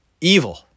Evil